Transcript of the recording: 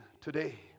today